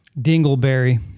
Dingleberry